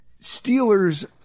Steelers